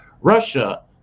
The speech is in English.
Russia